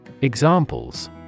Examples